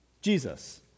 Jesus